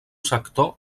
sector